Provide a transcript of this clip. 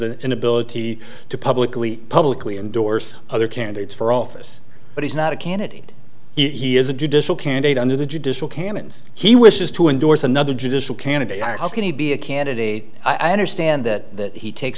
an inability to publicly publicly endorse other candidates for office but he's not a candidate he is a judicial candidate under the judicial canons he wishes to endorse another judicial candidate how can he be a candidate i understand that he take